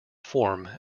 form